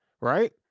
right